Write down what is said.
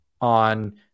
on